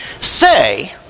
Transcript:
say